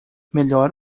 melhor